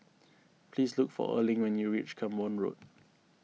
please look for Erling when you reach Camborne Road